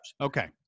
Okay